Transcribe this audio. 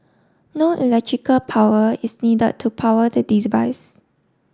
no electrical power is needed to power the device